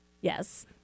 yes